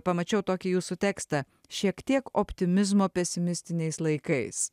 pamačiau tokį jūsų tekstą šiek tiek optimizmo pesimistiniais laikais